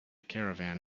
caravan